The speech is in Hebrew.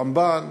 הרמב"ן,